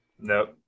nope